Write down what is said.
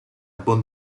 richiede